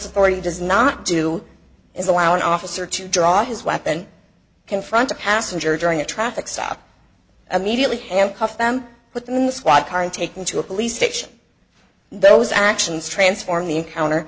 story does not do is allow an officer to draw his weapon confront a passenger during a traffic stop immediately handcuff them put them in the squad car and taken to a police station those actions transformed the encounter